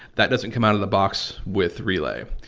that doesn't come out of the box with relay,